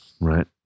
right